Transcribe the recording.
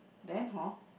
then hor